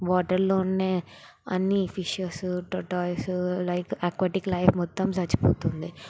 వాటర్లో ఉన్నే అన్ని fishes tortoise like aquatic life మొత్తం చచ్చిపోతుంది